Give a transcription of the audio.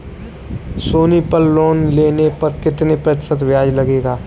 सोनी पल लोन लेने पर कितने प्रतिशत ब्याज लगेगा?